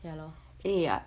ya lor